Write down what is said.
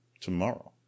tomorrow